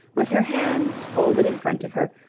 with her hands folded in front of her,